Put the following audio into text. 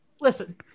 Listen